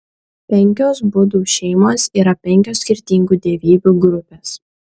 penkios budų šeimos yra penkios skirtingų dievybių grupės